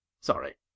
Sorry